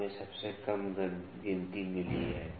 तो हमें सबसे कम गिनती मिली है